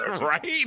Right